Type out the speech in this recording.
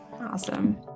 Awesome